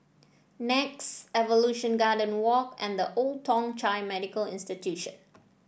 Nex Evolution Garden Walk and The Old Thong Chai Medical Institution